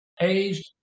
Aged